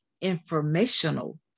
informational